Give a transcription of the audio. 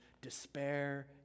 despair